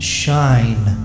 shine